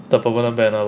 the permanent banner loh